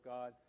God